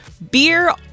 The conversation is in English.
Beer